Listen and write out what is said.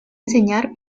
enseñar